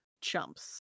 chumps